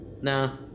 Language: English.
Nah